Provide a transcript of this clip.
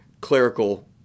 clerical